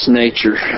nature